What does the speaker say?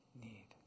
need